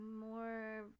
More